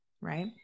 right